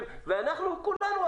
ואנחנו כולם,